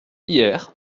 hier